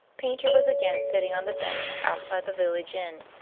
paynter was again sitting on the bench outside the village inn,